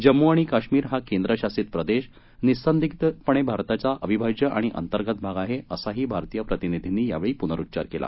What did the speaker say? जम्मू आणि काश्मीर हा केंद्रशासित प्रदेश हा निःसंदिग्धपणे भारताचा अविभाज्य आणि अंतर्गत भाग आहे असाही भारतीय प्रतिनिधींनी यावेळी पुनरूच्चार केला